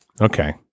Okay